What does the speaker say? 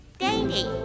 dainty